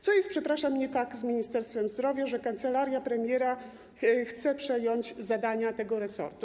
Co jest, przepraszam, nie tak z Ministerstwem Zdrowia, że kancelaria premiera chce przejąć zadania tego resortu?